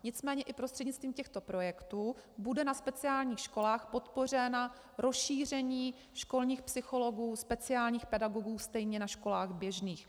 Nicméně i prostřednictvím těchto projektů bude na speciálních školách podpořeno rozšíření školních psychologů, speciálních pedagogů stejně na školách běžných.